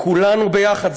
כולנו יחד,